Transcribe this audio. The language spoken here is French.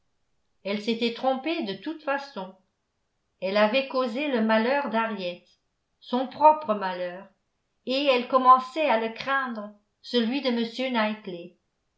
elle s'était trompée de toute façon elle avait causé le malheur d'henriette son propre malheur et elle commençait à le craindre celui de